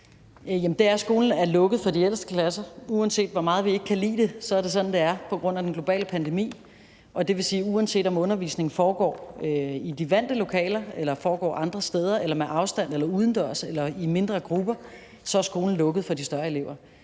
skolen er lukket for de ældste klasser. Uanset hvor meget vi ikke kan lide det, er det sådan, det er, på grund af pandemien. Og det vil sige, at uanset om undervisningen foregår i de vante lokaler eller foregår andre steder eller med afstand eller udendørs eller i mindre grupper, så er skolen lukket for de større elever.